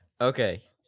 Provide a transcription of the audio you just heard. okay